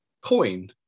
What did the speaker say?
Coin